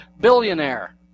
billionaire